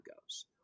goes